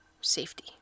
safety